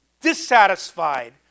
dissatisfied